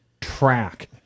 track